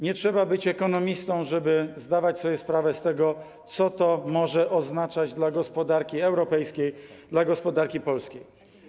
Nie trzeba być ekonomistą, żeby zdawać sobie sprawę z tego, co to może oznaczać dla gospodarki europejskiej, dla gospodarki polskiej.